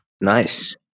Nice